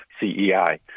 CEI